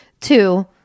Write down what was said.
Two